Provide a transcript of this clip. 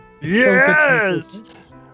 yes